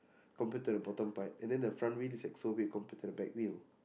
compared to the bottom part and then the front view is like so weird compared to the back view